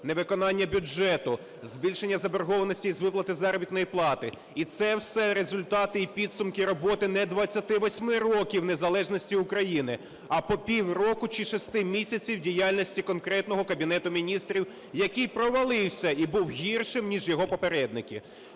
невиконання бюджету, збільшення заборгованості із виплати заробітної плати. І це все результати і підсумки роботи не 28 років незалежності України, а по півроку чи шести місяців діяльності конкретного Кабінету Міністрів, який провалився і був гіршим ніж його попередники.